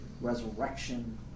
Resurrection